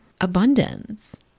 abundance